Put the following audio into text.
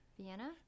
Vienna